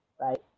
right